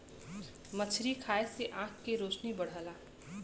मछरी खाये से आँख के रोशनी बढ़ला